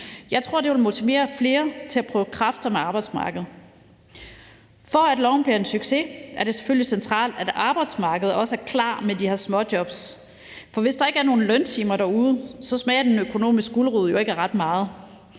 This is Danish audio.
Jeg tror, det vil motivere flere til at prøve kræfter med arbejdsmarkedet. For at loven bliver en succes, er det selvfølgelig centralt, at arbejdsmarkedet også er klar med de her småjobs, for hvis der ikke er nogen løntimer derude, smager den økonomiske gulerod jo ikke af ret meget.